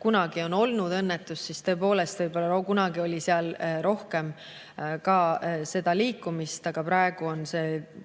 kunagi on olnud õnnetus, siis tõepoolest, võib-olla kunagi oli seal rohkem liikumist, aga praegu on